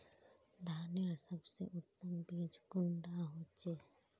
धानेर सबसे उत्तम बीज कुंडा होचए?